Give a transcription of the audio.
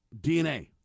dna